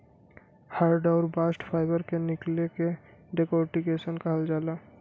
hurd आउर bast fibre के निकले के डेकोर्टिकेशन कहल जाला